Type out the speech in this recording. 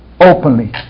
openly